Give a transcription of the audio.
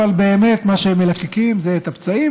אבל מה שבאמת הם מלקקים זה את הפצעים.